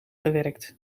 gewerkt